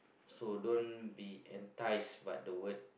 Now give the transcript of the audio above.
so don't be enticed by the word